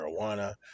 Marijuana